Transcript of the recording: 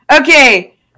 Okay